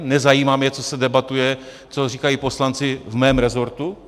Nezajímá mě, co se debatuje, co říkají poslanci v mém resortu?